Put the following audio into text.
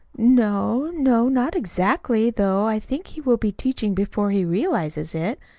no no not exactly though i think he will be teaching before he realizes it.